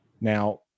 Now